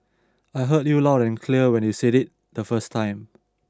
I heard you loud and clear when you said it the first time